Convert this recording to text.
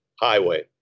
highway